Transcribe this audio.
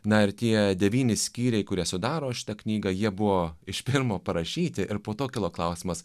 na ir tie devyni skyriai kurie sudaro šitą knygą jie buvo iš pirmo parašyti ir po to kilo klausimas